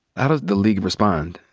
how does the league respond?